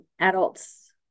adults